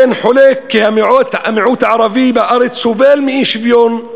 אין חולק כי המיעוט הערבי בארץ סובל מאי-שוויון,